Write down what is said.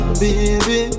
baby